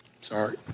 Sorry